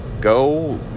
Go